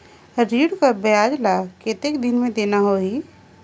ऋण कर ब्याज ला कतेक दिन मे देना होही?